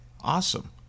Awesome